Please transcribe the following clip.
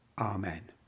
Amen